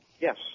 Yes